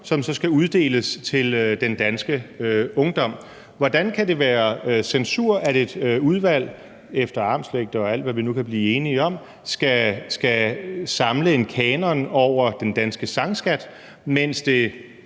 som så skal uddeles til den danske ungdom. Hvordan kan det være censur, at et udvalg under hensyntagen til armslængdeprincippet og alt, hvad man nu kan blive enige om, skal samle en kanon over den danske sangskat, mens det